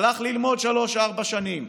הלך ללמוד שלוש-ארבע שנים,